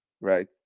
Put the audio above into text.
right